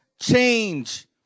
Change